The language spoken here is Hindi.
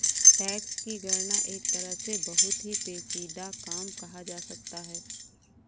टैक्स की गणना एक तरह से बहुत ही पेचीदा काम कहा जा सकता है